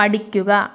പഠിക്കുക